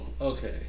okay